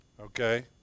Okay